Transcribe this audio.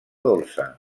dolça